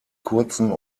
kurzen